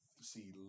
see